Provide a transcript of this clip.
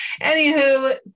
Anywho